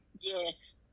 Yes